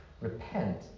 Repent